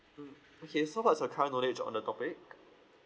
mm okay so what's your account knowledge on the topic